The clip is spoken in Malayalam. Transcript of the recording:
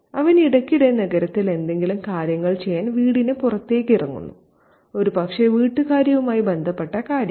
അവൻ ഇടയ്ക്കിടെ നഗരത്തിൽ എന്തെങ്കിലും കാര്യങ്ങൾ ചെയ്യാൻ വീടിന് പുറത്തേക്ക് ഇറങ്ങുന്നു ഒരുപക്ഷേ വീട്ടുകാര്യവുമായി ബന്ധപ്പെട്ട കാര്യങ്ങൾ